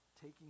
taking